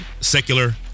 secular